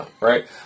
right